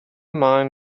mind